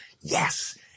yes